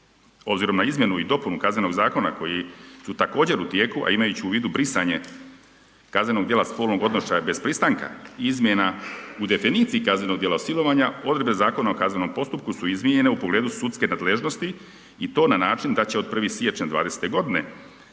Obzirom na izmjenu i dopunu KZ-a koje su također u tijeku a imajući u vidu brisanje kaznenog djela spolnog odnošaja bez pristanka, izmjena u definiciji kaznenog djela silovanja, odredbe ZKP-a su izmijenjene u pogledu sudske nadležnosti i to na način da će od 1. siječnja 2020.g.